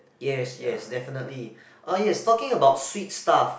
yes yes definitely ah yes talking about sweet stuff